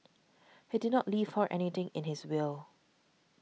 he did not leave her anything in his will